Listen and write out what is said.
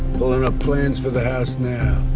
pulling up plans for the house now.